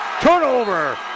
Turnover